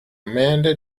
amanda